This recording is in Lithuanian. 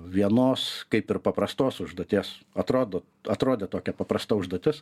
vienos kaip ir paprastos užduoties atrodo atrodė tokia paprasta užduotis